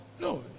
No